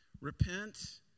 Repent